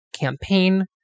campaign